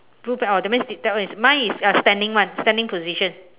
blue pants orh that means that one is mine is standing [one] standing position